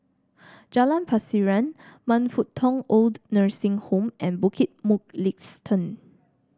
Jalan Pasiran Man Fut Tong OId Nursing Home and Bukit Mugliston